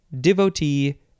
devotee